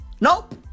nope